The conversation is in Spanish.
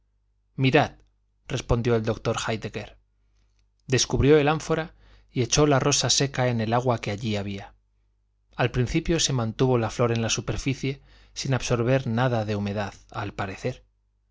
mirad respondió el doctor héidegger descubrió el ánfora y echó la rosa seca en el agua que allí había al principio se mantuvo la flor en la superficie sin absorber nada de humedad al parecer